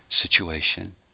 situation